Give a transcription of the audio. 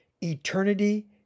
eternity